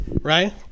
Right